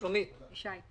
ישי,